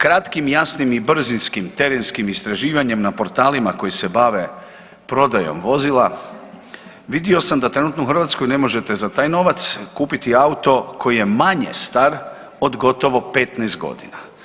Kratkim, jasnim i brzinskim terenskim istraživanjem na portalima koji se bave prodajom vozila vidio sam da trenutno u Hrvatskoj ne možete za taj novac kupiti auto koji je manje star od gotovo 15 godina.